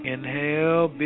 Inhale